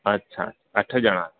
अच्छा अठ ॼणा